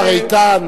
השר איתן.